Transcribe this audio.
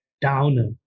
Downer